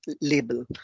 label